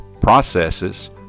processes